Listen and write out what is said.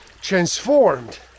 transformed